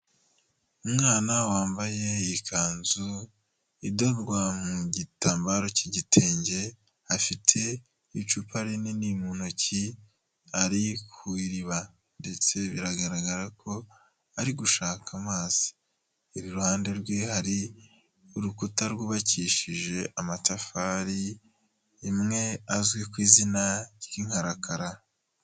Umwana wambaye ikanzu idorwa mu gitambaro cy'igitenge afite icupa rinini mu ntoki ari kw’iriba ndetse biragaragara ko ari gushaka amazi iruhande rwe hari urukuta rwubakishije amatafari imwe azwi kw’izina ry'inkarakara.